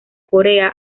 corea